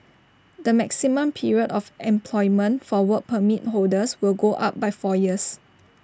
the maximum period of employment for Work Permit holders will go up by four years